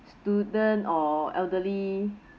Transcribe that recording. student or elderly